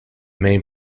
main